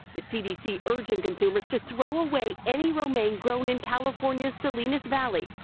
the cdc urging consumers to throw away any romaine grown in california's salinas valley,